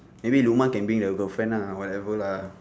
maybe lukman can bring the girlfriend ah whatever lah